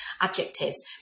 adjectives